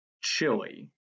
chili